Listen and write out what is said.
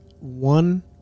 one